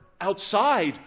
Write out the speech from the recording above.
outside